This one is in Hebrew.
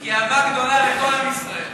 היא אהבה גדולה לכל עם ישראל,